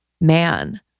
man